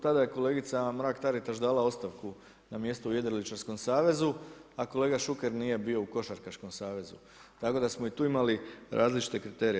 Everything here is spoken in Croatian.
Tada je kolegica Anka Mrak-Taritaš dala ostavku na mjesto u Jedriličarskom savezu, a kolega Šuker nije bio u Košarkaškom savezu tako da smo i tu imali različite kriterije.